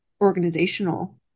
organizational